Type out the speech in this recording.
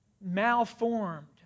malformed